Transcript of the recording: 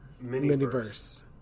mini-verse